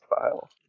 file